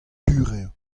burev